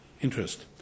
interest